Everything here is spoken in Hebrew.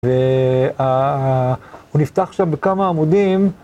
והוא נפתח עכשיו בכמה עמודים.